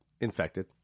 Infected